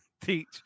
teach